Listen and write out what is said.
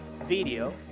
video